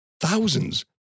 Thousands